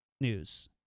news